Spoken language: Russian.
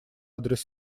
адрес